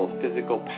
physical